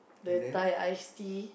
the Thai iced tea